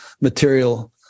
material